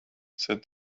said